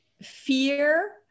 fear